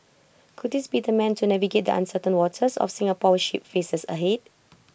could this be the man to navigate the uncertain waters our Singapore ship faces ahead